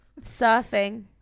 surfing